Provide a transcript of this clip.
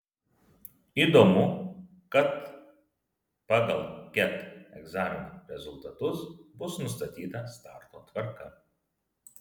įdomu kad pagal ket egzamino rezultatus bus nustatyta starto tvarka